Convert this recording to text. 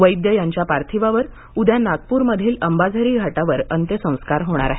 वैद्य यांच्या पार्थिवावर उद्या नागपूर मधील अंबाझरी घाटावर अंत्यसंस्कार होणार आहेत